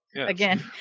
Again